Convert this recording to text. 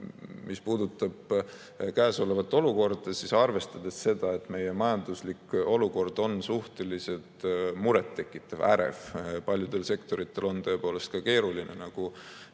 Mis puudutab käesolevat olukorda, siis arvestades seda, et meie majanduslik [seis] on suhteliselt muret tekitav, ärev, paljudel sektoritel on tõepoolest keeruline, nagu